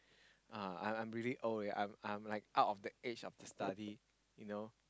uh I I'm really old already I'm like out of that age of study you know